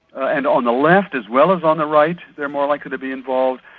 and on the left as well as on the right they're more likely to be involved.